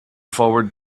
forward